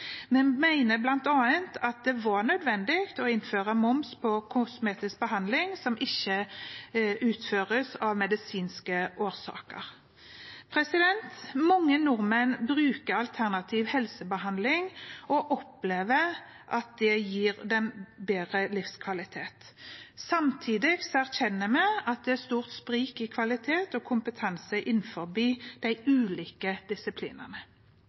mener bl.a. at det var nødvendig å innføre moms på kosmetisk behandling som ikke utføres av medisinske årsaker. Mange nordmenn bruker alternativ helsebehandling og opplever at det gir dem bedre livskvalitet. Samtidig erkjenner vi at det er et stort sprik i kvalitet og kompetanse innenfor de ulike disiplinene.